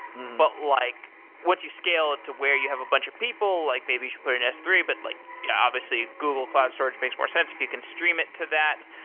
but like once you scale it where you have a bunch of people, like, maybe you should put it in s three. but like you know obviously, google cloud search makes more sense if you can stream it to that.